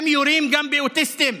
הם יורים גם באוטיסטים.